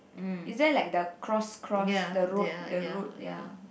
is there like the cross cross the road the road